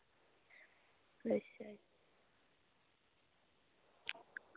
अच्छा